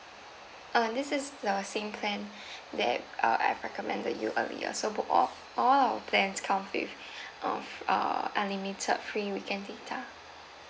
uh this is the same plan that uh I've recommended you earlier so book all all our plans come with uh err unlimited free weekend data